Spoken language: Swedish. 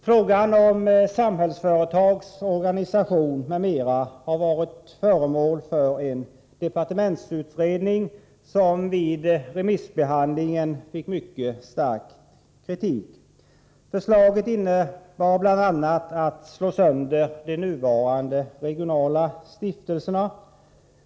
Frågan om Samhällsföretags organisation m.m. har varit föremål för en departementsutredning som vid remissbehandlingen fick mycket stark kritik. Förslaget innebar bl.a. en sönderslagning av de nuvarande regionala stiftelserna.